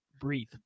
breathe